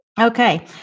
Okay